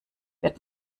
wird